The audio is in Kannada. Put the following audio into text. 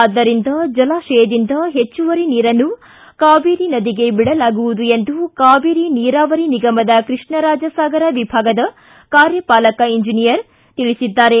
ಆದ್ದರಿಂದ ಜಲಾಶಯದಿಂದ ಹೆಚ್ಚುವರಿ ನೀರನ್ನು ಕಾವೇರಿ ನದಿಗೆ ಬಿಡಲಾಗುವುದು ಎಂದು ಕಾವೇರಿ ನೀರಾವರಿ ನಿಗಮದ ಕೃಷ್ಣರಾಜಸಾಗರ ವಿಭಾಗದ ಕಾರ್ಯಪಾಲಕ ಇಂಜೆನಿಯರ್ ತಿಳಿಸಿದ್ದಾರೆ